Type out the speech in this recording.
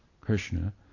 Krishna